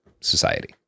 society